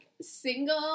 single